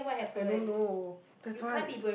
I don't know that's why